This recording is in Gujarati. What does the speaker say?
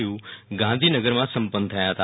યુ ગાંધીનગરમાં સંપન્ન થયા હતા